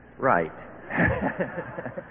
right